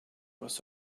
was